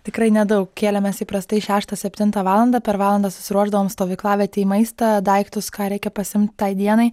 tikrai nedaug kėlėmės įprastai šeštą septintą valandą per valandą susiruošdavom stovyklavietėj maistą daiktus ką reikia pasiimt tai dienai